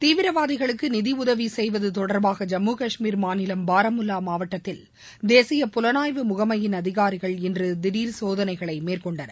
தீவிரவாதிகளுக்கு நிதி உதவி செய்வது தொடர்பாக ஜம்மு காஷ்மீர் மாநிலம் பாரமுல்லா மாவட்டத்தில் தேசிய புலனாய்வு முகமையின் அதிகாரிகள் இன்று திடர் சோதனைகளை மேற்கொண்டனர்